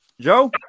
Joe